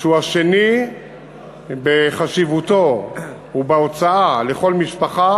שהוא השני בחשיבותו ובהוצאה לכל משפחה,